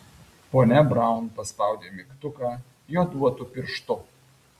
ponia braun paspaudė mygtuką joduotu pirštu